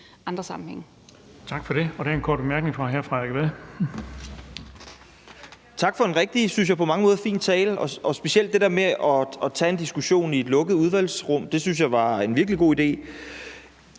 Bonnesen): Tak for det. Der er en kort bemærkning fra hr. Frederik Vad. Kl. 12:27 Frederik Vad (S): Tak for en på mange måder rigtig fin tale, og specielt det der med at tage en diskussion i et lukket udvalgsrum synes jeg er en virkelig god idé.